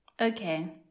Okay